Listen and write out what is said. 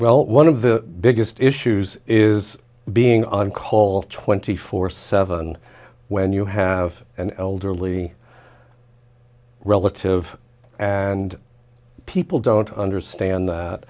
well one of the biggest issues is being on call twenty four seven when you have an elderly relative and people don't understand